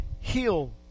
heal